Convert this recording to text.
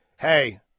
Hey